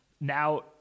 now